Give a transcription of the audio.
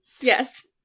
Yes